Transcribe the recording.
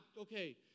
okay